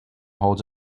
holds